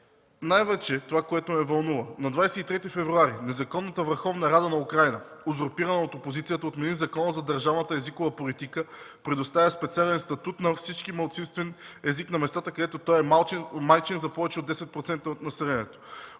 Най-вече това, което ме вълнува – на 23 февруари незаконната Върховна рада на Украйна, узурпирана от опозицията, отмени Закона за държавната езикова политика, предоставящ специален статут на всички – малцинствен език на местата, където той е майчин за повече от 10% от населението.